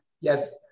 Yes